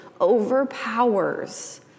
overpowers